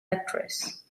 actress